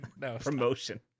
promotion